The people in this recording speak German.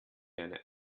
eine